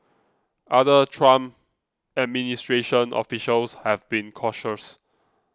other Trump administration officials have been cautious